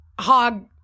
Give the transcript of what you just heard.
Hog